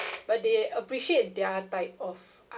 but they appreciate their type of art